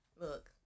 look